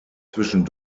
zwischen